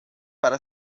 para